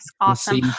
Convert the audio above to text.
awesome